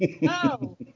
No